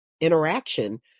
interaction